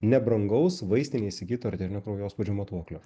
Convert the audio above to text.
nebrangaus vaistinėj įsigyto arterinio kraujospūdžio matuoklio